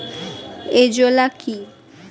Azolla কি?